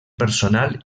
personal